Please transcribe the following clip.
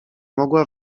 mogła